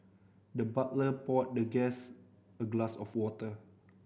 the butler poured the guest a glass of water